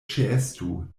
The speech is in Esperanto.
ĉeestu